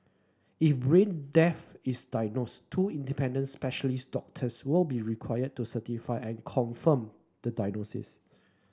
if brain death is diagnosed two independent specialist doctors will be required to certify and confirm the diagnosis